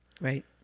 Right